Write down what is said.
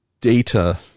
data